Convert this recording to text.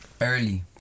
Early